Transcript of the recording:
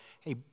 hey